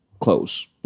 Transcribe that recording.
close